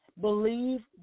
Believe